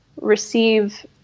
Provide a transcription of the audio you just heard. receive